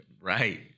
Right